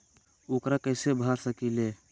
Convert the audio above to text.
ऊकरा कैसे भर सकीले?